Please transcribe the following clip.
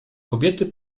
kobiety